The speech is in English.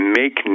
make